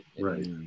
right